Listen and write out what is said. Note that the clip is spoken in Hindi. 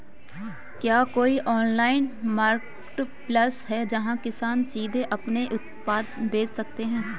क्या कोई ऑनलाइन मार्केटप्लेस है जहां किसान सीधे अपने उत्पाद बेच सकते हैं?